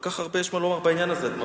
כל כך הרבה יש מה לומר בעניין הזה,